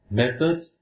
methods